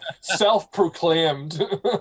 self-proclaimed